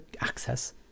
access